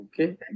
okay